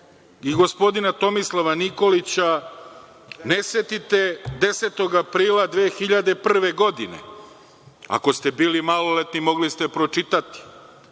i gospodina Tomislava Nikolića, ne setite 10. aprila 2001. godine? Ako ste bili maloletni, mogli ste pročitati. Zakonom